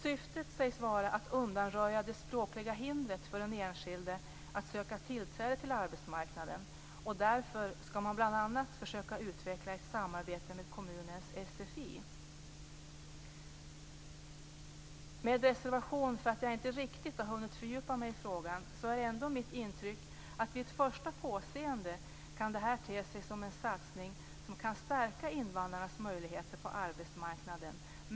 Syftet sägs vara att undanröja det språkliga hindret för den enskilde att söka tillträde till arbetsmarknaden. Därför skall man bl.a. försöka utveckla ett samarbete med kommunens sfi. Med reservation för att jag inte riktigt har hunnit fördjupa mig i frågan är mitt intryck ändå att detta vid ett första påseende kan te sig som en satsning som kan stärka invandrarnas möjligheter på arbetsmarknaden.